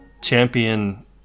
champion